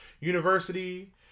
University